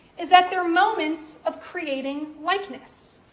is that they're moments of creating likeness.